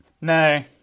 No